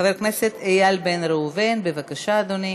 חבר הכנסת איל בן ראובן, בבקשה, אדוני.